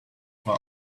why